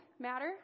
matter